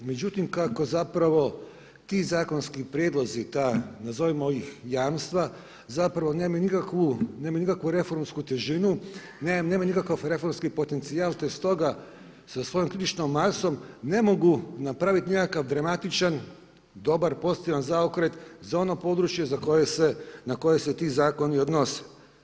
Međutim, kako zapravo ti zakonski prijedlozi ta nazovimo ih jamstva, zapravo nemaju nikakvu reformsku težinu, nemaju nekakvi reformski potencijal te stoga sa svojom kritičnom masom ne mogu napraviti nikakav dramatičan dobar pozitivan zaokret za ono područje na koje se ti zakoni odnose.